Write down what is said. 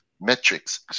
metrics